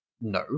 No